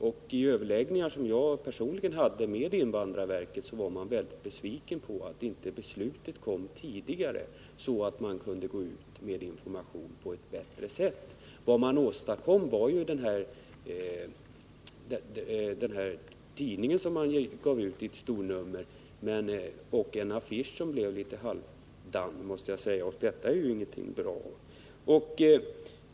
Vid de överläggningar om den här frågan som jag personligen hade med invandrarverket kunde jag konstatera att man där var mycket besviken över att beslutet inte kom tidigare, så att man kunde gå ut med information på ett bättre sätt. Vad man åstadkom var ju bara den tidning som gavs ut i ett stornummer och en affisch, som jag måste säga blev litet halvdan.